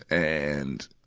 and,